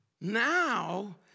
now